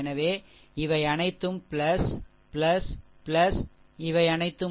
எனவே இவை அனைத்தும் இவை அனைத்தும்